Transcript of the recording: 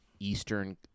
eastern